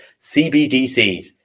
CBDCs